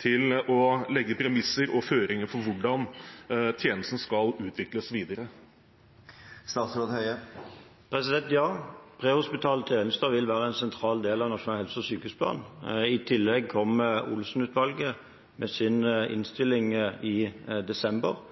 til å legge premisser og føringer for hvordan tjenestene skal utvikles videre? Ja, prehospitale tjenester vil være en sentral del av Nasjonal helse- og sykehusplan. I tillegg kommer Olsen-utvalget med sin innstilling i desember,